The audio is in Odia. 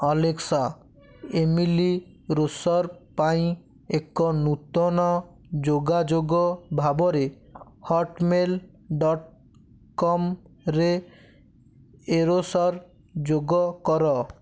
ଆଲେକ୍ସା ଇମିଲି ରୁସର ପାଇଁ ଏକ ନୂତନ ଯୋଗାଯୋଗ ଭାବରେ ହଟମେଲ୍ ଡଟ୍ କମ ରେ ଏରୋସର ଯୋଗ କର